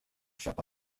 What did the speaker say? köpa